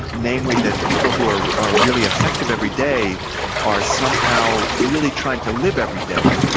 namely that people who are are really affective every day are somehow really trying to live every day.